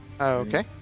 okay